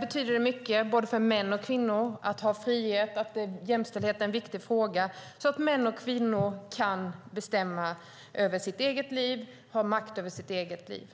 betyder det mycket att både män och kvinnor har frihet. Jämställdhet är därför en viktig fråga. Män och kvinnor måste kunna bestämma över sina egna liv och ha makt över sina egna liv.